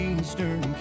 Eastern